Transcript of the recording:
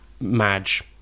Madge